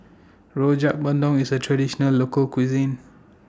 Rojak Bandung IS A Traditional Local Cuisine